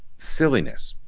silliness.